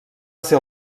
ser